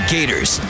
Gators